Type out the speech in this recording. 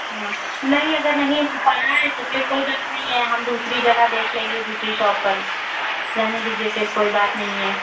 हाँ नहीं अगर नहीं हो पा रहा है तो फिर कोई बात नहीं है हम दूसरी जगह देख लेंगे दूसरी शॉप पर रहने दीजिए फिर कोई बात नहीं है